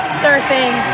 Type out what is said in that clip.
surfing